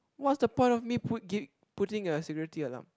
what's the point of me put givi~ putting a security alarm